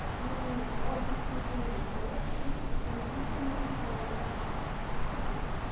meaning broadly speaking, the collection and dissemination of information to the public,